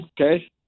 okay